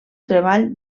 treball